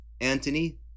Antony